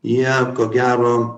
jie ko gero